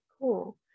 Cool